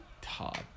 Todd